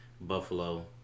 Buffalo